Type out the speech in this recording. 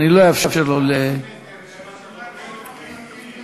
אנחנו עוברים להצבעה בקריאה שנייה ושלישית.